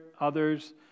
others